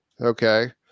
okay